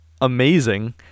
amazing